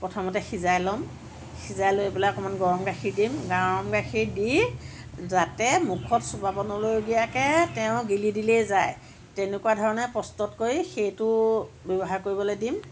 প্ৰথমতে সিজাই ল'ম সিজাই লৈ পেলাই অকণমান গৰম গাখীৰ দিম গৰম গাখীৰ দি যাতে মুখত চোবাব নলগীয়াকে তেওঁ গিলি দিলেই যায় তেনেকুৱা ধৰণে প্ৰস্তুত কৰি সেইটো ব্য়ৱহাৰ কৰিবলৈ দিম